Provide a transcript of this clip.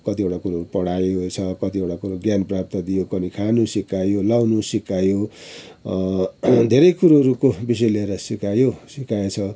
कतिवटा कुरो पढायो छ कतिवटा कुरो ज्ञान प्राप्त दिएको अनि खान सिकायो लाउन सिकायो धेरै कुरोहरूको विषय लिएर सिकायो सिकाएछ